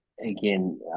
Again